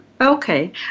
Okay